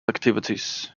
activities